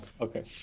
okay